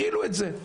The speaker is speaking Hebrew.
הכילו את זה.